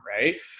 Right